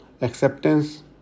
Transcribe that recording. acceptance